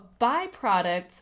byproduct